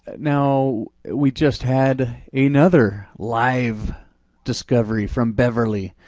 now, we just had another live discovery from beverly,